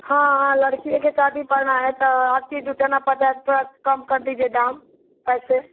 हाँ हाँ लड़किए के शादी है तो हर चीज़ जुटाना पड़ता है थोड़ा कम कर दीजिए दाम पैसे